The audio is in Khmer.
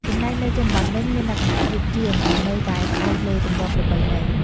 ចំណែកនៅជនបទវិញ មានលក្ខណៈយឺតជាង និងនៅតែផ្អែកលើទម្លាប់ប្រពៃណី។